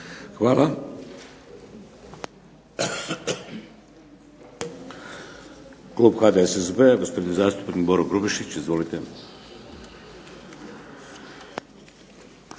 Hvala. Klub HDSSB-a, gospodin zastupnik Boro Grubišić. Izvolite.